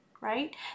right